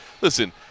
listen